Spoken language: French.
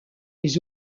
les